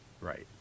Right